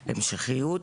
הכנסת.